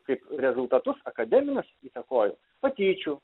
kaip rezultatus akademinius įtakojo patyčių